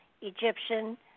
Egyptian